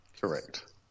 Correct